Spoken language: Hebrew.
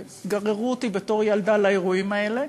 וגררו אותי בתור ילדה לאירועים האלה.